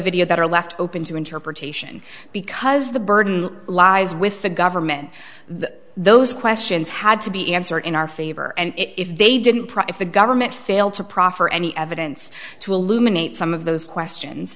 video that are left open to interpretation because the burden lies with the government those questions had to be answered in our favor and if they didn't if the government failed to proffer any evidence to illuminate some of those questions